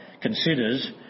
considers